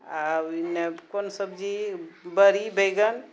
आब कोन सब्जी बड़ी बैगन